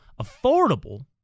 affordable